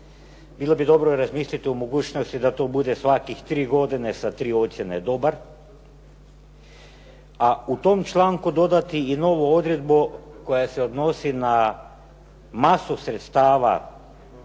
Bilo bi dobro razmisliti o mogućnosti da to bude svakih tri godine sa tri ocjene dobar, a u tom članku dodati i novu odredbu koja se odnosi na masu sredstava